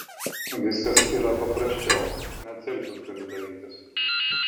viskas yra paprasčiau net selfius galiu darytis